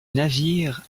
navires